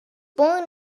born